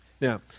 now